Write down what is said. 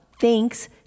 Thanks